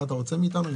מה אתה רוצה מאיתנו?